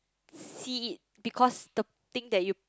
see it because the thing that you